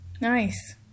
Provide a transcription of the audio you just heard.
Nice